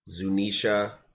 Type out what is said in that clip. zunisha